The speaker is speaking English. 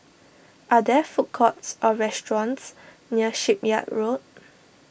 are there food courts or restaurants near Shipyard Road